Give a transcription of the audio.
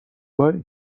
باری